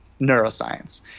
neuroscience